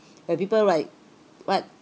where people like what